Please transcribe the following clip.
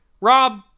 Rob